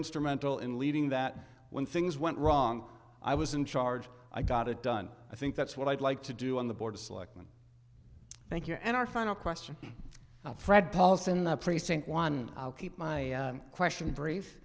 instrumental in leading that when things went wrong i was in charge i got it done i think that's what i'd like to do on the board of selectmen thank you and our final question fred paul's in the precinct one i'll keep my question br